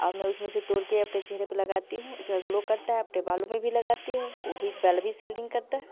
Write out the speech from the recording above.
अब मैं उस में से तोड़ के अपने चेहरे पर लगाती हूँ ग्लो करता है अपने बालों में भी लगाती हूँ वो भी भी सेलिंग करता है